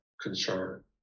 concern